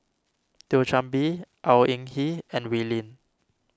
Thio Chan Bee Au Hing Yee and Wee Lin